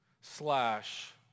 slash